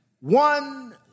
One